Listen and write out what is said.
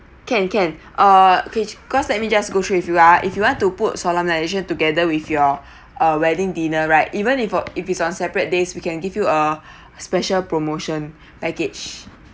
can can uh okay cause let me just go through with you uh if you want to put solemnisation together with your uh wedding dinner right even if your uh if it's on separate days we can give you uh special promotion package